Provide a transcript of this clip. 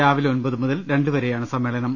രാവിലെ ഒൻപത് മുതൽ രണ്ട് വരെയാണ് സമ്മേ ളനം